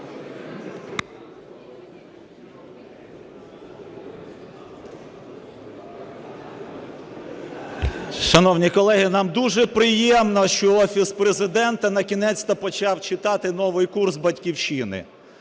Шановні колеги, нам дуже приємно, що Офіс Президента накінець-то почав читати новий курс "Батьківщини".